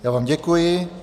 Já vám děkuji.